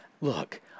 Look